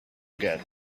again